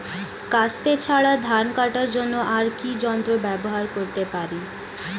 কাস্তে ছাড়া ধান কাটার জন্য আর কি যন্ত্র ব্যবহার করতে পারি?